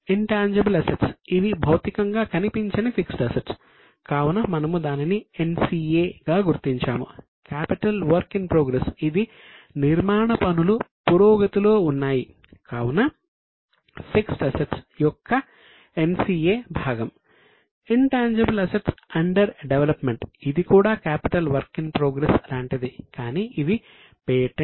in tangible assets లో ఒక భాగం